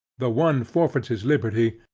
the one forfeits his liberty,